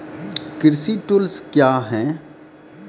कृषि टुल्स क्या हैं?